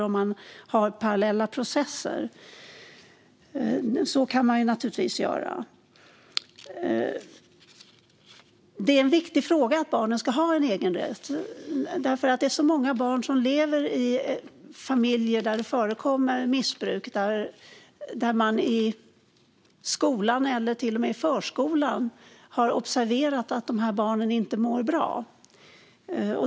Man kan naturligtvis också ha parallella processer. Det är en viktig fråga att barnen ska ha en egen rätt, för det är många barn som lever i familjer där det förekommer missbruk. I skolan eller till och med i förskolan har man observerat att dessa barn inte mår bra.